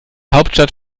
hauptstadt